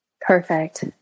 Perfect